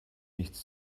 nichts